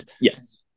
Yes